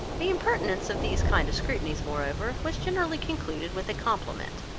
the impertinence of these kind of scrutinies, moreover, was generally concluded with a compliment,